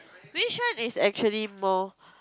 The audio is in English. which one is actually more